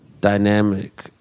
dynamic